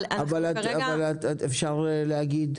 אבל כרגע --- אבל אפשר להגיד,